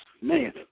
man